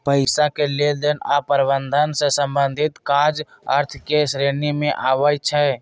पइसा के लेनदेन आऽ प्रबंधन से संबंधित काज अर्थ के श्रेणी में आबइ छै